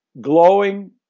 glowing